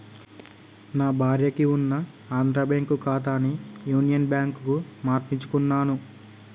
నా భార్యకి ఉన్న ఆంధ్రా బ్యేంకు ఖాతాని యునియన్ బ్యాంకుకు మార్పించుకున్నాను